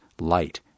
Light